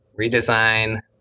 redesign